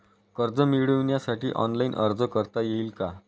कर्ज मिळविण्यासाठी ऑनलाइन अर्ज करता येईल का?